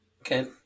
Okay